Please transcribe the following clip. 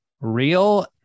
real